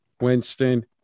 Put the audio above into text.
Winston